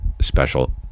special